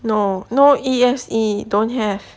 no no E_S_E don't have